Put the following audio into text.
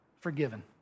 forgiven